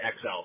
XL